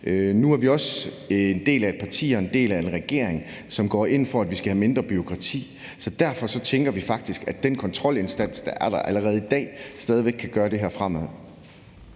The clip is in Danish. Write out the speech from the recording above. Nu er vi også en del af et parti og en del af en regering, som går ind for, at vi skal have mindre bureaukrati. Så derfor tænker vi faktisk, at den kontrolinstans, der er der allerede i dag, stadig væk kan gøre det her fremover.